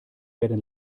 werden